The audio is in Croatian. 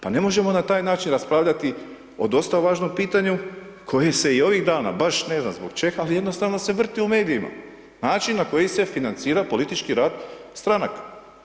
Pa ne možemo na taj način raspravljati o dosta važnom pitanju, koje se i ovih dana baš ne znam zbog čega, ali jednostavno se vrti u medijima, način na koji se financira politički rad stranaka.